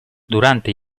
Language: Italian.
durante